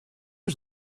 was